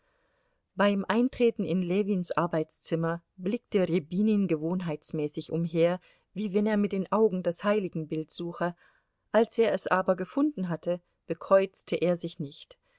beim eintreten in ljewins arbeitszimmer blickte rjabinin gewohnheitsmäßig umher wie wenn er mit den augen das heiligenbild suche als er es aber gefunden hatte bekreuzte er sich nicht